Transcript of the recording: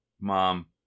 Mom